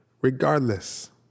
regardless